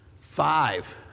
five